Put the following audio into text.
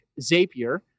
Zapier